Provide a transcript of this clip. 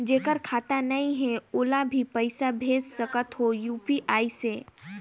जेकर खाता नहीं है ओला भी पइसा भेज सकत हो यू.पी.आई से?